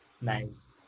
nice